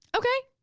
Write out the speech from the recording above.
okay.